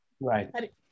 Right